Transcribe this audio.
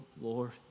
Lord